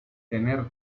tener